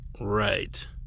Right